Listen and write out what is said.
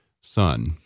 son